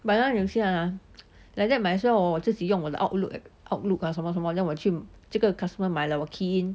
but ah you see ah like that 我 might as well 自己用我的 outlook uh outlook ah then 我什么什么我去这个 customer 买了我 key in